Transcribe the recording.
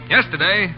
Yesterday